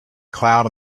cloud